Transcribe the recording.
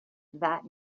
that